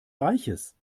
reiches